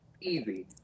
Easy